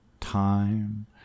time